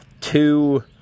two